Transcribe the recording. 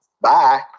Bye